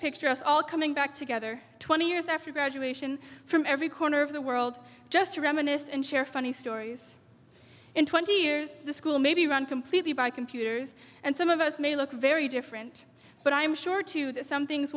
picture us all coming back together twenty years after graduation from every corner of the world just to reminisce and share funny stories in twenty years the school may be run completely by computers and some of us may look very different but i am sure too that some things